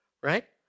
Right